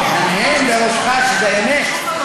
תהנהן, בראשך, שזו אמת.